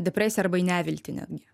depresiją arba į neviltį netgi